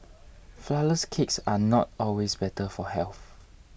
Flourless Cakes are not always better for health